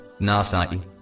Nasai